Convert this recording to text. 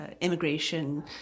immigration